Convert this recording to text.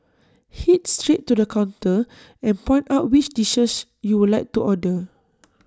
Head straight to the counter and point out which dishes you would like to order